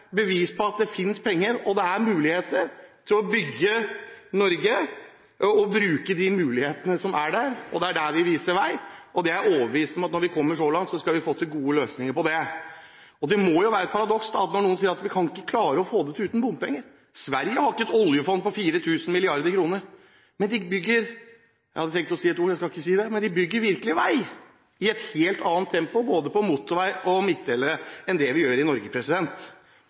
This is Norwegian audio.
bevis på at det finnes penger, og at det er muligheter for å bygge Norge og for å bruke de mulighetene som er der. Det er der vi viser vei. Jeg er overbevist om at når vi kommer så langt, skal vi få til gode løsninger på det. Det må jo være et paradoks når noen sier at vi ikke kan klare å få det til uten bompenger, for Sverige har ikke et oljefond på 4 000 mrd. kr, men de bygger virkelig vei i et helt annet tempo – både motorvei og midtdelere – enn det vi gjør i Norge.